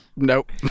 Nope